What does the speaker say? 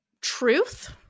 truth